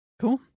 Cool